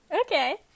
Okay